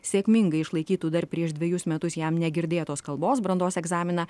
sėkmingai išlaikytų dar prieš dvejus metus jam negirdėtos kalbos brandos egzaminą